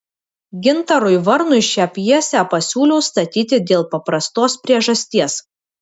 gintarui varnui šią pjesę pasiūliau statyti dėl paprastos priežasties